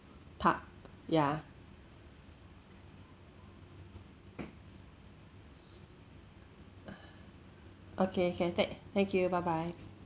tuck ya okay can thank thank you bye bye